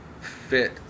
fit